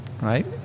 right